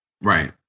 Right